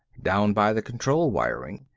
down by the control wiring.